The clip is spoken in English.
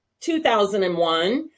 2001